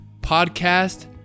podcast